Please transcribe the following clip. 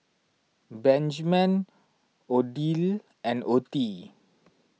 Benjman Odile and Ottie